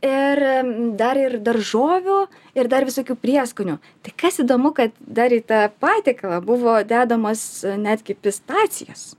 ir dar ir daržovių ir dar visokių prieskonių tai kas įdomu kad dar į tą patiekalą buvo dedamos netgi pistacijos